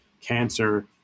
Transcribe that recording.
cancer